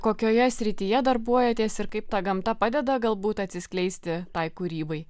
kokioje srityje darbuojatės ir kaip ta gamta padeda galbūt atsiskleisti tai kūrybai